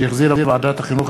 שהחזירה ועדת החינוך,